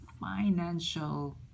financial